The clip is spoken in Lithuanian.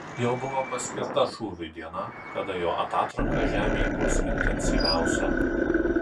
jau buvo paskirta šūviui diena kada jo atatranka žemei bus intensyviausia